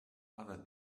other